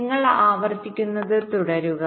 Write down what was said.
നിങ്ങൾ ആവർത്തിക്കുന്നത് തുടരുക